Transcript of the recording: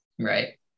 Right